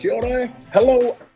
Hello